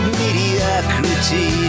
mediocrity